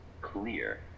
clear